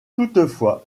toutefois